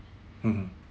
mmhmm